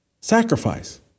Sacrifice